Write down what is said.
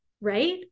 right